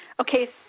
Okay